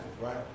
right